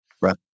Right